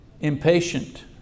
impatient